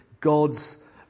God's